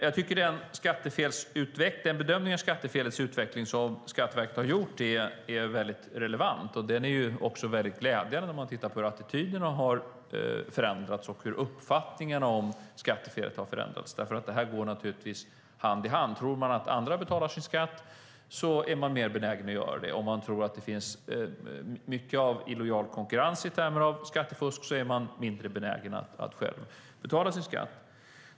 Jag tycker att den bedömning av skattefelets utveckling som Skatteverket har gjort är relevant, och den är också glädjande om man ser till hur attityderna har förändrats och hur uppfattningen om skattefelet har förändrats. Det går naturligtvis hand i hand: Tror man att andra betalar sin skatt är man själv också mer benägen att göra det. Tror man däremot att det finns mycket av illojal konkurrens i termer av skattefusk är man mindre benägen att själv betala sin skatt.